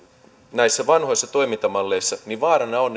näissä vanhoissa toimintamalleissa niin vaarana on